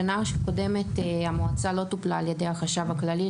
בשנה הקודמת המועצה לא טופלה על ידי החשב הכללי,